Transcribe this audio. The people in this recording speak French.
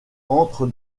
entre